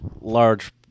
large